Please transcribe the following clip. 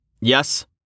Yes